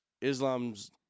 Islam's